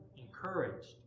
Encouraged